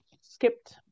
skipped